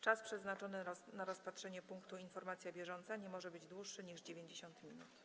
Czas przeznaczony na rozpatrzenie punktu: Informacja bieżąca nie może być dłuższy niż 90 minut.